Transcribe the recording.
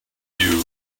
you